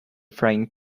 frying